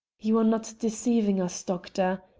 you are not deceiving us, doctor?